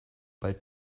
bei